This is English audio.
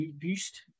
boost